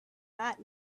that